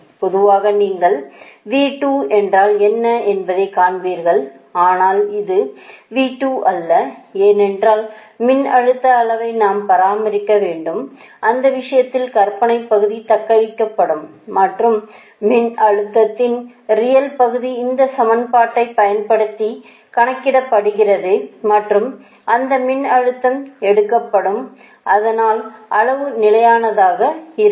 பொதுவாக நீங்கள் V2 என்றால் என்ன என்பதை காண்பீர்கள் ஆனால் அது V2 அல்ல ஏனென்றால் மின்னழுத்த அளவை நாம் பராமரிக்க வேண்டும் அந்த விஷயத்தில் கற்பனைப் பகுதி தக்கவைக்கப்படும் மற்றும் மின்னழுத்தத்தின் ரியல் பகுதி இந்த சமன்பாட்டைப் பயன்படுத்தி கணக்கிடப்படுகிறது மற்றும் அந்த மின்னழுத்தம் எடுக்கப்படும் அதனால் அளவு நிலையானதாக இருக்கும்